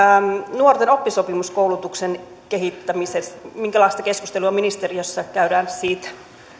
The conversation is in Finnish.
nuorten oppisopimuskoulutuksen kehittämisestä minkälaista keskustelua ministeriössä käydään siitä